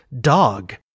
dog